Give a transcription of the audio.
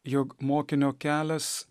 jog mokinio kelias